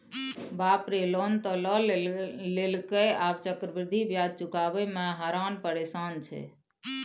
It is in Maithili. बाप रे लोन त लए लेलकै आब चक्रवृद्धि ब्याज चुकाबय मे हरान परेशान छै